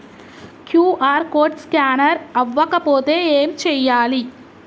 QR code scanner అవ్వకపోతే ఏం చేయాలి?